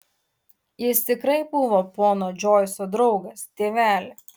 jis tikrai buvo pono džoiso draugas tėveli